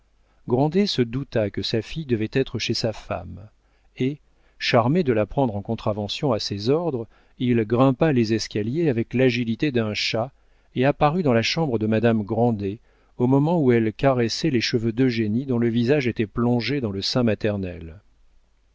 se douta que sa fille devait être chez sa femme et charmé de la prendre en contravention à ses ordres il grimpa les escaliers avec l'agilité d'un chat et apparut dans la chambre de madame grandet au moment où elle caressait les cheveux d'eugénie dont le visage était plongé dans le sein maternel